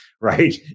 right